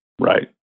Right